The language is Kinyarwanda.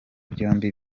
byombi